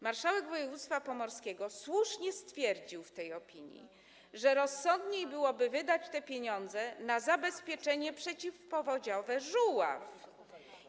Marszałek województwa pomorskiego słusznie stwierdził w tej opinii, że rozsądniej byłoby wydać te pieniądze na zabezpieczenie przeciwpowodziowe Żuław.